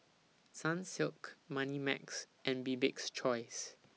Sunsilk Moneymax and Bibik's Choice